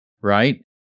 right